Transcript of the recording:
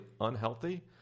unhealthy